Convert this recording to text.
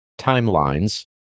timelines